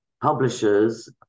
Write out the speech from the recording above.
publishers